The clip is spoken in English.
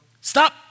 Stop